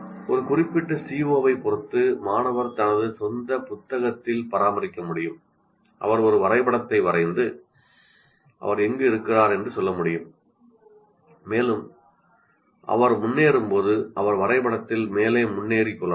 ஒரு குறிப்பிட்ட CO ஐப் பொறுத்து மாணவர் தனது சொந்த புத்தகத்தில் பராமரிக்க முடியும் அவர் ஒரு வரைபடத்தை வரைந்து அவர் எங்கு இருக்கிறார் என்று சொல்ல முடியும் மேலும் அவர் முன்னேறும்போது அவர் வரைபடத்தில் மேலே முன்னேறி கொள்ளலாம்